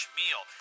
meal